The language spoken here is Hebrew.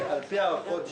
יעבור את